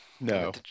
No